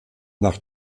nach